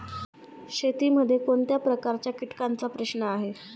शेतीमध्ये कोणत्या प्रकारच्या कीटकांचा प्रश्न आहे?